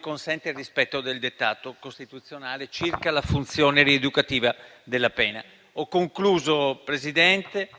consente il rispetto del dettato costituzionale circa la funzione rieducativa della pena. Signor Vice